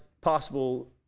possible